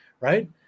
right